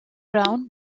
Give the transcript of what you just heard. brown